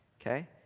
okay